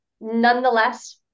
Nonetheless